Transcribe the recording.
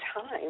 time